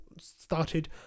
started